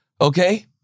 okay